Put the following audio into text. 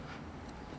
天气热 lah